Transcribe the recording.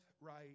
right